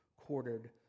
quartered